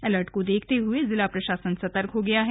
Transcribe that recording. alert को देखते हुए जिला प्रशासन सतर्क हो गया है